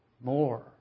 more